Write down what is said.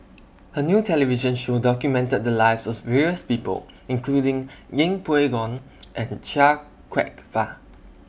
A New television Show documented The Lives of various People including Yeng Pway Ngon and Chia Kwek Fah